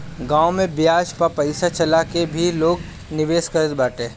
गांव में बियाज पअ पईसा चला के भी लोग निवेश करत बाटे